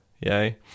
Yay